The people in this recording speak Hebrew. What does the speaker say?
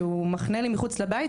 שהוא מחנה לי מחוץ לבית,